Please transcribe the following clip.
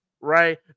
Right